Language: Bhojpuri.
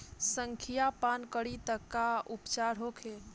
संखिया पान करी त का उपचार होखे?